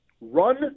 run